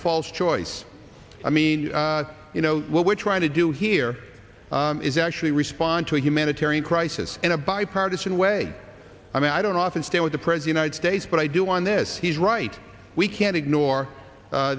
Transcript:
false choice i mean you know what we're trying to do here is actually respond to a humanitarian crisis in a bipartisan way i mean i don't often stay with the prez united states but i do on this he's right we can't ignore